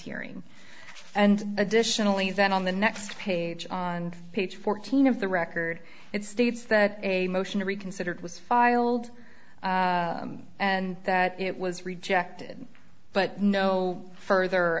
hearing and additionally then on the next page on page fourteen of the record it states that a motion to reconsider was filed and that it was rejected but no further